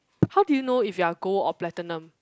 how do you know if you are gold or platinum